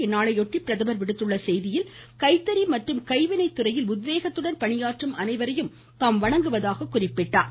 இந்நாளையொட்டி பிரதமர் விடுத்துள்ள செய்தியில் கைத்தறி மற்றும் கைவினைத் துறையில் உத்வேகத்துடன் பணியாற்றும் அனைவரையும் தாம் வணங்குவதாகக் குறிப்பிட்டார்